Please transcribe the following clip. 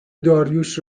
داریوش